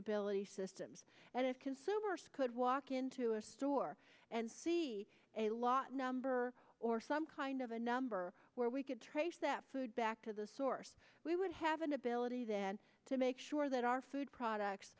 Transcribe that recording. ability systems and if consumers could walk into a store and see a lot number or some kind of a number where we could trace that food back to the source we would have an ability then to make sure that our food products